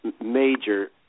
major